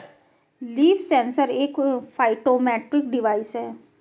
leaf sensor एक phytometric device है